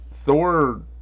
Thor